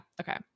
Okay